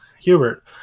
Hubert